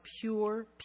pure